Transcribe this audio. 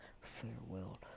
farewell